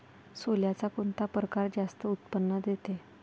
सोल्याचा कोनता परकार जास्त उत्पन्न देते?